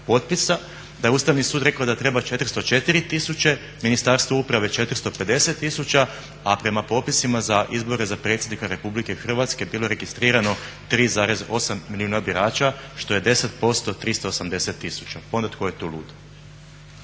da je Ustavni sud rekao da treba 404 000, Ministarstvo uprave 450 000, a prema popisima za izbore za predsjednika Republike Hrvatske bilo je registrirano 3,8 milijuna birača što je 10% 380 000. Pa onda tko je tu lud?